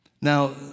Now